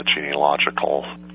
genealogical